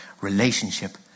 relationship